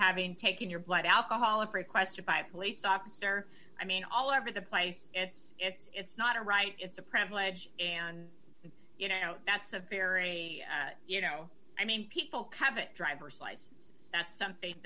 having taken your blood alcohol if requested by police officer i mean all over the place it's it's it's not a right it's a privilege and you know that's a very you know i mean people have a driver's license that's something